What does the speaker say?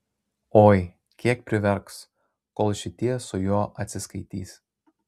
oi kiek priverks kol šitie su juo atsiskaitys